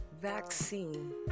vaccine